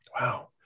Wow